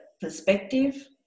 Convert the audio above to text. perspective